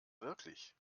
wirklich